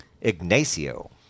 Ignacio